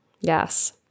Yes